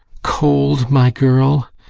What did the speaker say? cold, my girl!